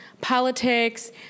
politics